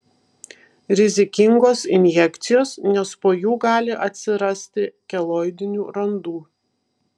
rizikingos injekcijos nes po jų gali atsirasti keloidinių randų